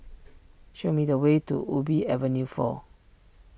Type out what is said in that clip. show me the way to Ubi Avenue four